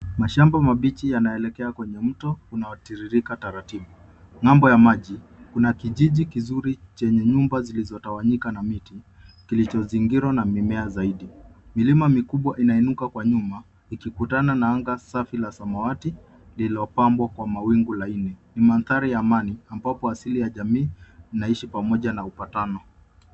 Mashamba mabichi yanaelekea kwenye mto unaotiririka taratibu. Ngambo ya maji kuna kijiji kizuri chenye nyumba zilizotawanyika na miti kilichozingirwa na mimea zaidi. Milima mikubwa inainuka kwa nyuma ikikutana na anga safi la samawati lililopambwa kwa mawingu laini. Ni mandhari ya amani ambapo asili ya jamii inaishi pamoja na upatano.